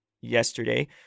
yesterday